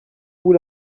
vous